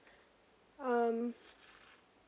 um